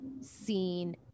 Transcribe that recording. seen